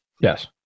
Yes